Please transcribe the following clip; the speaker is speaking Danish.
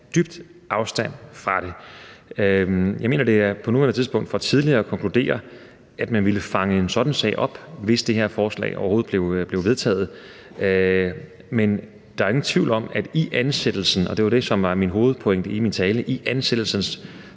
dybt afstand fra det. Jeg mener, at det på nuværende tidspunkt er alt for tidligt at konkludere, at man ville fange en sådan sag, hvis det her lovforslag overhovedet blev vedtaget. Men der er ingen tvivl om, at i ansættelsesproceduren – og det var det, som var min hovedpointe i min tale – og i det